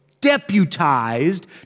deputized